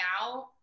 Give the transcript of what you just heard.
out